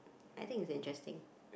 I think it's interesting